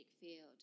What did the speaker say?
field